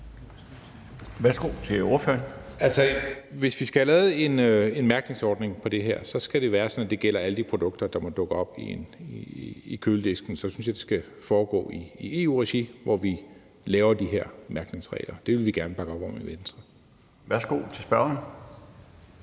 Mads Fuglede (V): Hvis vi skal have lavet en mærkningsordning for det her, skal det være sådan, det gælder alle de produkter, der måtte dukke op i køledisken. Så synes jeg, det skal foregå i EU-regi, hvor vi laver de her mærkningsregler. Det vil vi gerne bakke op om i Venstre. Kl. 16:08 Den